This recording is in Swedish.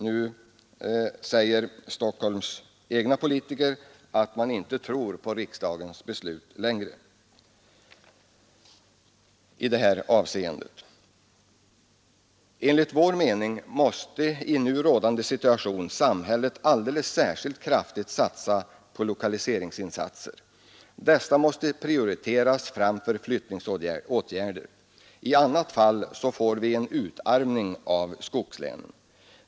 Nu säger Stockholms egna politiker att man inte tror på riksdagens beslut längre i det här avseendet. Enligt vår mening måste i nu rådande situation samhället alldeles särskilt kraftigt satsa på lokaliseringsinsatser. Dessa måste prioriteras framför flyttningsåtgärder. I annat fall får vi en utarmning av skogslänen.